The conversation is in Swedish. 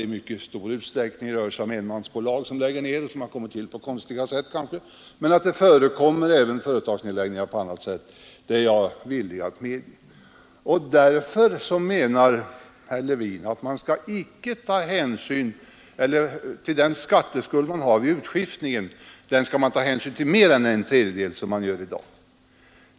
I mycket stor utsträckning rör det sig om enmansbolag som kanske kommit till på konstiga sätt. Men att det även förekommer företagsnedläggningar av annat slag är jag villig att medge. Därför menar herr Levin att man skall ta hänsyn till skatteskulden vid utskiftningen, mer än till en tredjedel, som man gör i dag.